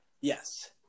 Yes